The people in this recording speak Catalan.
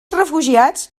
refugiats